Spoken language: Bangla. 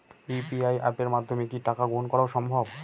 ইউ.পি.আই অ্যাপের মাধ্যমে কি টাকা গ্রহণ করাও সম্ভব?